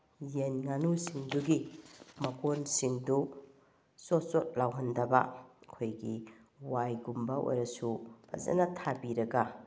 ꯌꯦꯟ ꯉꯥꯅꯨꯁꯤꯡꯗꯨꯒꯤ ꯃꯀꯣꯟꯁꯤꯡꯗꯨ ꯆꯣꯠ ꯆꯣꯠ ꯂꯥꯎꯍꯟꯗꯕ ꯑꯩꯈꯣꯏꯒꯤ ꯋꯥꯏꯒꯨꯝꯕ ꯑꯣꯏꯔꯁꯨ ꯐꯖꯅ ꯊꯥꯕꯤꯔꯒ